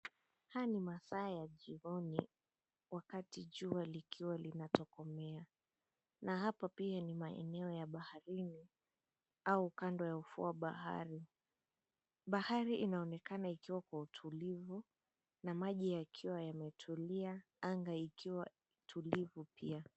Haya ni masaa ya jioni wakati jua likiwa linatokomea, na hapa pia ni maeneo ya baharini au kando ya ufuo wa bahari. Bahari inaonekana ikiwa kwa utulivu na maji yakiwa yametulia, anga ikiwa tulivu pia.